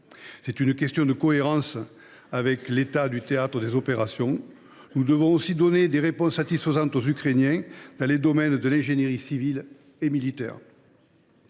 C’est une question de cohérence avec l’état du théâtre des opérations. Nous devons aussi apporter aux Ukrainiens des réponses satisfaisantes dans les domaines de l’ingénierie civile et militaire.